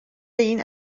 این